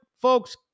folks